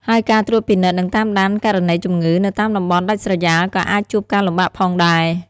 ហើយការត្រួតពិនិត្យនិងតាមដានករណីជំងឺ នៅតាមតំបន់ដាច់ស្រយាលក៏អាចជួបការលំបាកផងដែរ។